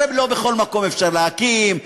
הרי לא בכל מקום אפשר להקים,